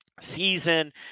season